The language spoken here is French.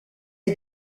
est